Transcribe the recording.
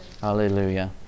Hallelujah